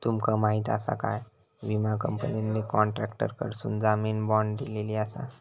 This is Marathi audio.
तुमका माहीत आसा काय, विमा कंपनीने कॉन्ट्रॅक्टरकडसून जामीन बाँड दिलेलो आसा